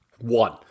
One